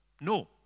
No